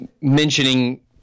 mentioning